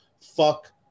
Fuck